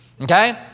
Okay